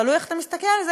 תלוי איך אתה מסתכל על זה,